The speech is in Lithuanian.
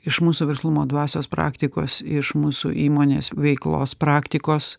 iš mūsų verslumo dvasios praktikos iš mūsų įmonės veiklos praktikos